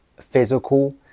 physical